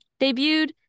Debuted